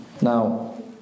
Now